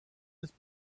his